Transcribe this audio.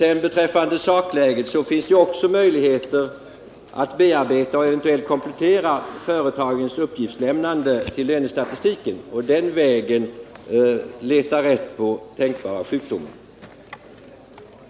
Det finns möjligheter att bearbeta och eventuellt komplettera företagens uppgiftslämnande till lönestatistiken och den vägen leta rätt på tänkbara sjukdomar.